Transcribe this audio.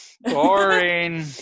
boring